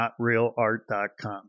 notrealart.com